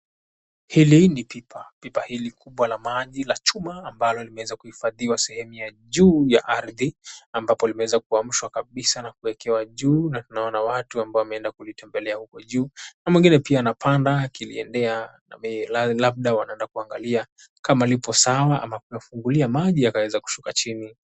Hili ni pipa. Pipa hili kubwa la maji la chuma ambalo limeweza kuhifadhiwa sehemu ya juu ya ardhi ambapo limeweza kuamshwa kabisa na kuwekewa juu na tunaona watu ambao wameenda kulitembelea huko juu. Na mwingine pia anapanda akiliendea na labda wanaenda kuangalia kama lipo sawa ama kulifungulia maji yakaweza kushuka chini.